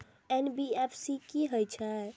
NBFC की हे छे?